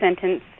sentence